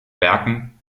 werken